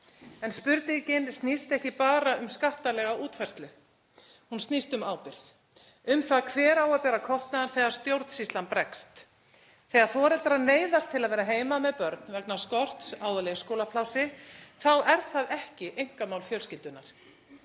En spurningin snýst ekki bara um skattalega útfærslu. Hún snýst um ábyrgð, um það hver eigi að bera kostnaðinn þegar stjórnsýslan bregst. Þegar foreldrar neyðast til að vera heima með börn vegna skorts á leikskólaplássi þá er það ekki einkamál fjölskyldunnar.